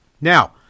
Now